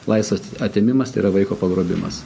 laisvės atėmimas tai yra vaiko pagrobimas